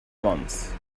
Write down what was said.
months